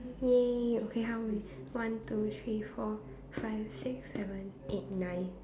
!yay! okay how many one two three four five six seven eight nine